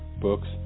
books